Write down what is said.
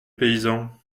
paysan